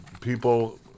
people